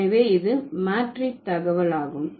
எனவே இது மேற்றி தகவலாகும்